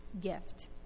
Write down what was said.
gift